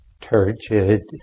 turgid